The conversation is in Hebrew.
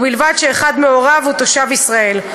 ובלבד שאחד מהוריו הוא תושב ישראל,